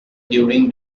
during